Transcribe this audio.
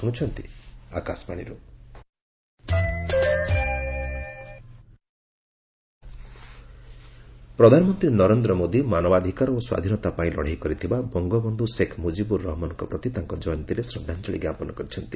ପିଏମ୍ବଙ୍ଗବନ୍ଧୁ ପ୍ରଧାନମନ୍ତ୍ରୀ ନରେନ୍ଦ୍ର ମୋଦୀ ମାନବାଧିକାର ଓ ସ୍ୱାଧୀନତା ପାଇଁ ଲଡ଼େଇ କରିଥିବା ବଙ୍ଗବନ୍ଧୁ ଶେଖ୍ ମୁଜିବୁର ରହମନଙ୍କ ପ୍ରତି ତାଙ୍କ ଜୟନ୍ତୀରେ ଶ୍ରଦ୍ଧାଞ୍ଜଳି ଜ୍ଞାପନ କରିଛନ୍ତି